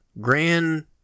Grand